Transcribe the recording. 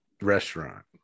restaurant